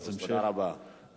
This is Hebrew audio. אז תמשיך ותצליח.